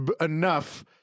enough